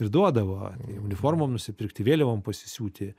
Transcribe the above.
ir duodavo tai uniformom nusipirkti vėliavom pasisiūti